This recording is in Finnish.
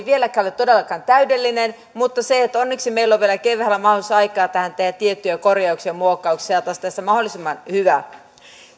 vieläkään ole todellakaan täydellinen mutta onneksi meillä on vielä keväällä mahdollisuus ja aikaa tähän tehdä tiettyjä korjauksia ja muokkauksia että saataisiin tästä mahdollisimman hyvä